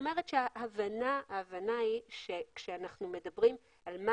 ההבנה היא שכאשר אנחנו מדברים על מה